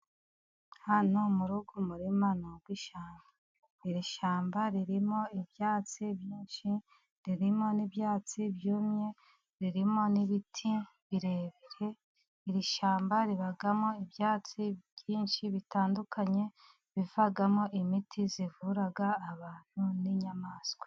Hano muri uyu murima ni uw'ishyamba, iri shyamba ririmo ibyatsi byinshi, ririmo n'ibyatsi byumye, ririmo n'ibiti birebire, iri shyamba ribamo ibyatsi byinshi bitandukanye, bivagamo imiti ivura abantu n'inyamaswa.